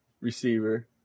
receiver